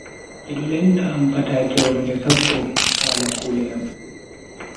Bedo lenda am pataakewol nde sappo, hala kuude am.